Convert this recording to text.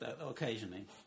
occasionally